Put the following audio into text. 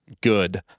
good